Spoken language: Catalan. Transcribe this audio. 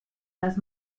les